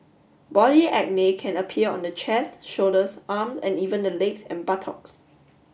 body acne can appear on the chest shoulders arms and even the legs and buttocks